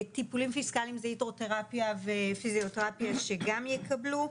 טיפולים פיסקאליים זה הידרותרפיה ופיזיותרפיה שגם יקבלו,